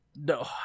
No